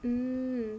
mm